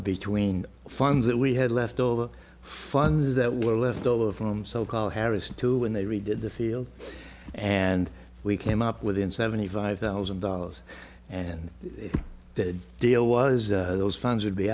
between funds that we had leftover funds that were left over from so called harris to when they redid the field and we came up within seventy five thousand dollars and the deal was those funds would be